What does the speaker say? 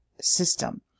system